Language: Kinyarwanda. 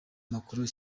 macron